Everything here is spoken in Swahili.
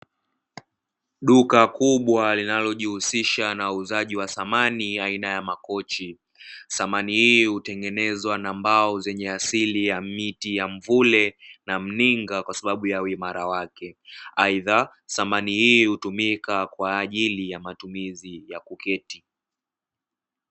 Duka kubwa linalojihusisha na uuzaji wa samani aina ya makochi. Samani hiyo hutengenezwa na mbao zenye asili ya miti ya mvule na mninga kwasababu ya uimara wake. Aidha, samani hii hutumika kwa ajili ya matumizi ya kuketi.